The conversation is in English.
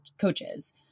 coaches